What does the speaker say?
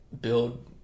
build